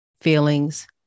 feelings